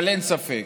אבל אין ספק